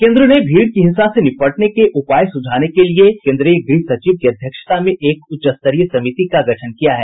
केन्द्र ने भीड़ की हिंसा की घटनाओं से निपटने के उपाय सुझाने के लिए केन्द्रीय गृह सचिव की अध्यक्षता में एक उच्चस्तरीय समिति का गठन किया है